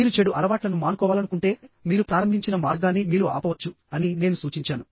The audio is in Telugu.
మీరు చెడు అలవాట్లను మానుకోవాలనుకుంటే మీరు ప్రారంభించిన మార్గాన్ని మీరు ఆపవచ్చు అని నేను సూచించాను